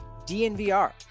DNVR